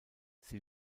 sie